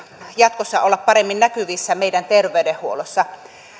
jatkossa olla paremmin näkyvissä meidän terveydenhuollossamme